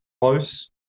close